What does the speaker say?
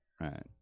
Right